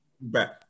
Back